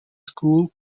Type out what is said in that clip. school